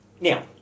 Now